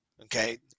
Okay